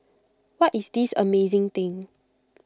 what is this amazing thing